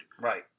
Right